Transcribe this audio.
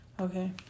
Okay